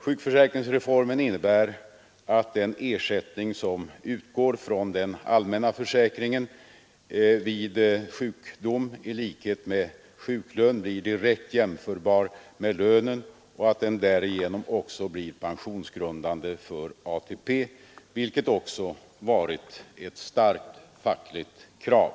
Sjukförsäkringsreformen innebär att den ersättning, som utgår från den allmänna försäkringen vid sjukdom, i likhet med sjuklön blir direkt jämförbar med lönen och att den därigenom också blir pensionsgrundande för ATP, vilket också varit ett starkt fackligt krav.